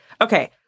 okay